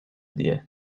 diye